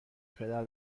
پدر